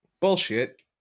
Bullshit